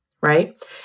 right